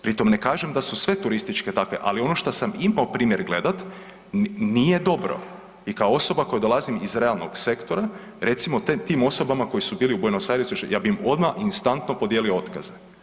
Pri tom ne kažem da su sve turističke takve, ali ono šta sam imao primjer gledat nije dobro i kao osoba koja dolazim iz realnog sektora recimo tim osobama koje su bile u Buenos Airesu, ja bi im odma instantno podijelio otkaze.